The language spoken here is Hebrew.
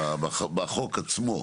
בחוק עצמו,